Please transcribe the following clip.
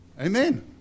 Amen